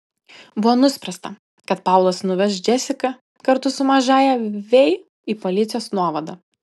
buvo nuspręsta kad paulas nuveš džesiką kartu su mažąja vei į policijos nuovadą